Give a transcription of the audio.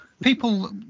people